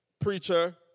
preacher